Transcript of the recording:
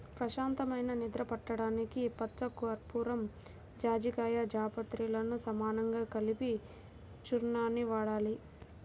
ప్రశాంతమైన నిద్ర పట్టడానికి పచ్చకర్పూరం, జాజికాయ, జాపత్రిలను సమానంగా కలిపిన చూర్ణాన్ని వాడాలి